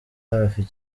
hafi